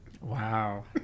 Wow